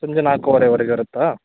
ಸಂಜೆ ನಾಲ್ಕುವರೆವರೆಗೆ ಇರುತ್ತಾ